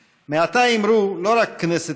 מוגבלויות,